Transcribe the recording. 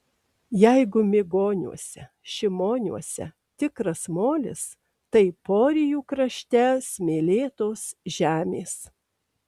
jeigu migoniuose šimoniuose tikras molis tai porijų krašte smėlėtos žemės